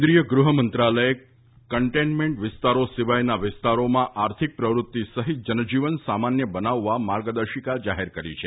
કેન્દ્રીય ગૃહમંત્રાલયે કન્ટેઇનમેન્ટ વિસ્તારો સિવાયના વિસ્તારોમાં આર્થિક પ્રવૃત્તિ સહિત જનજીવન સામાન્ય બનાવવા માર્ગદર્શિક જાહેર કરી છે